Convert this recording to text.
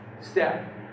step